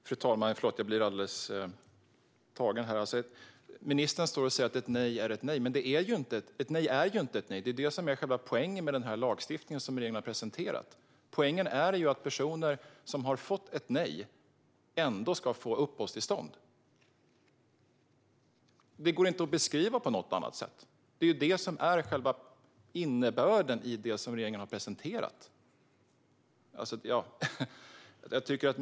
Fru talman! Jag blir alldeles tagen. Ministern säger att ett nej är ett nej. Men ett nej är ju inte ett nej, vilket är själva poängen med den lagstiftning som regeringen har presenterat. Poängen är att personer som har fått ett nej ändå ska få uppehållstillstånd. Det går inte att beskriva på något annat sätt. Det är själva innebörden i det som regeringen har presenterat.